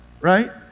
Right